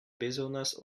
bezonas